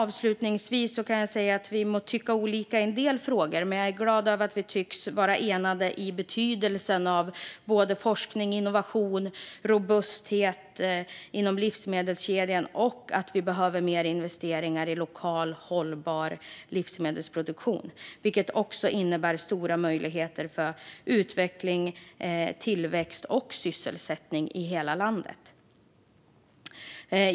Vi må tycka olika i en del frågor, men jag är glad över att vi tycks vara eniga om betydelsen av forskning, innovation och robusthet i livsmedelskedjan samt behovet av mer investeringar i lokal, hållbar livsmedelsproduktion, vilket också innebär stora möjligheter för utveckling, tillväxt och sysselsättning i hela landet.